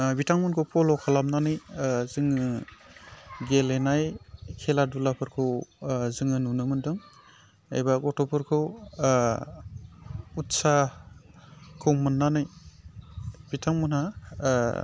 बिथांमोनखौ फल' खालामनानै जोङो गेलेनाय खेला धुलाफोरखौ जोङो नुनो मोनदों एबा गथ'फोरखौ उत्साहखौ मोननानै बिथांमोनहा